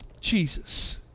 Jesus